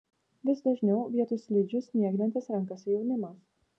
vis dažniau vietoj slidžių snieglentes renkasi jaunimas